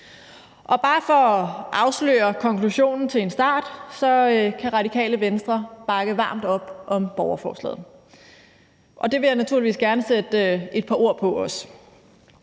Og bare for at afsløre konklusionen til en start kan Radikale Venstre bakke varmt op om borgerforslaget. Det vil jeg naturligvis også gerne sætte et par ord på.